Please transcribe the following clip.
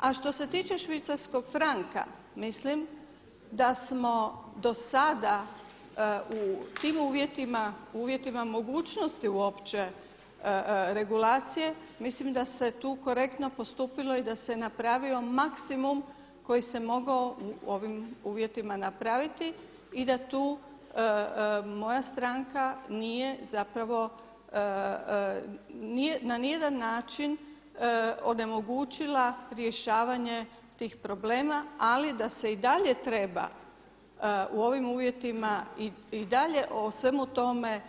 A što se tiče švicarskog franka mislim da smo dosada u tim uvjetima, u uvjetima mogućnosti uopće regulacije mislim da se tu korektno postupilo i da se napravio maksimum koji se mogao u ovim uvjetima napraviti i da tu moja stranka nije zapravo, nije na ni jedan način onemogućila rješavanje tih problema ali da se i dalje treba u ovim uvjetima i dalje o svemu tome